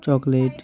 chocolate